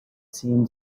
seemed